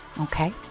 okay